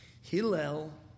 Hillel